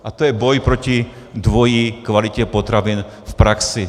A to je boj proti dvojí kvalitě potravin v praxi.